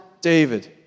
David